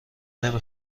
نمی